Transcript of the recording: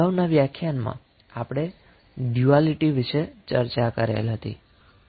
અગાઉના લેક્ચરમાં આપણે ડયુઆલીટી વિષે ચર્ચા કરેલ હતી